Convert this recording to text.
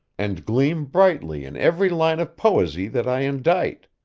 and gleam brightly in every line of poesy that i indite.